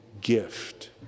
gift